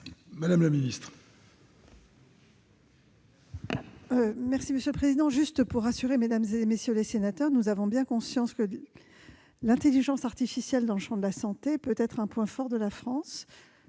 Mme la ministre.